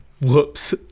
Whoops